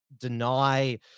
deny